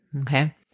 Okay